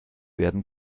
werden